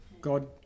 God